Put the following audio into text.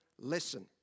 listen